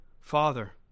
Father